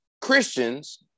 Christians